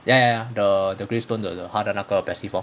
ya ya the the gravestone the 他的那个 passive lor